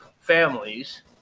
families